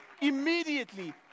immediately